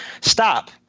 stop